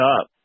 up